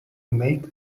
make